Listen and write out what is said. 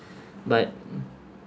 but